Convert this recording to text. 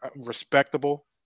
respectable